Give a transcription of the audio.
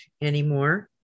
anymore